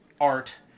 art